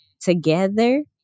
together